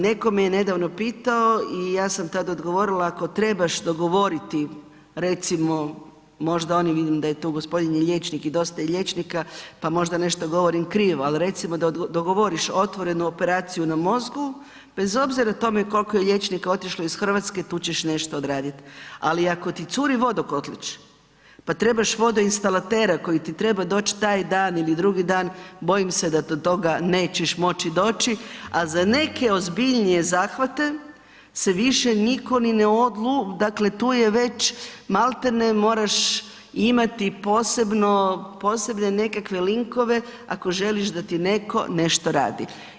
Netko me je nedavno pitao i ja sam tad odgovorila ako trebaš dogovoriti recimo možda on i vidim da je tu gospodin je liječnik i dosta je liječnika, pa možda nešto govorim krivo, ali recimo da dogovoriš otvorenu operaciju na mozgu, bez obzira tome koliko je liječnika otišlo iz Hrvatske tu ćeš nešto odraditi, ali ako ti curi vodokotlić pa trebaš vodoinstalatera koji ti treba doći taj dan ili drugi dan, bojim se da do toga nećeš moći doći, a za neke ozbiljnije zahvate se više nitko ni ne odluči, dakle tu je već maltene moraš imati posebno, posebne nekakve likove, ako želiš da ti netko nešto radi.